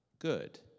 good